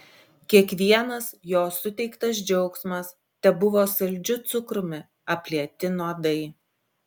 kiekvienas jo suteiktas džiaugsmas tebuvo saldžiu cukrumi aplieti nuodai